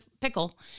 pickle